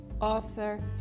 author